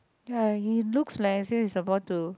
ya he looks like as if he is about to